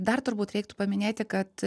dar turbūt reiktų paminėti kad